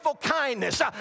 kindness